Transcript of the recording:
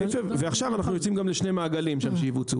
ועכשיו אנחנו יוצאים גם לשני מעגלים שיבוצעו.